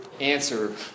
answer